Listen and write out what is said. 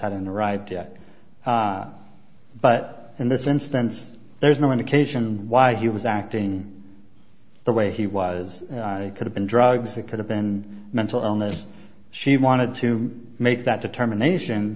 hadn't arrived yet but in this instance there is no indication why he was acting the way he was could have been drugs it could have been mental illness she wanted to make that determination